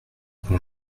bon